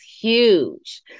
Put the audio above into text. huge